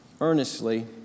earnestly